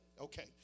Okay